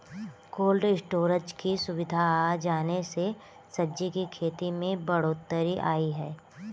cold storage की सुविधा आ जाने से सब्जी की खेती में बढ़ोत्तरी आई है